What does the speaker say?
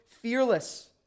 fearless